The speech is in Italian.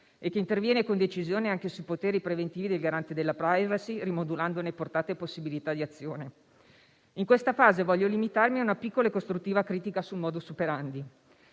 e interviene con decisione anche sui poteri preventivi del Garante della *privacy*, rimodulandone portata e possibilità di azione. In questa fase voglio limitarmi ad una piccola e costruttiva critica sul *modus operandi*.